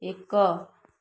ଏକ